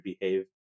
behave